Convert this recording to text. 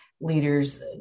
leaders